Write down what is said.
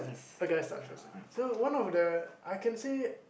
her guys start first so one of the I can say